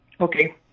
okay